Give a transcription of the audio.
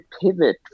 pivot